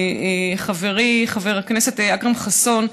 חברי חבר הכנסת אכרם חסון,